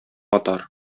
атар